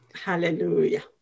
Hallelujah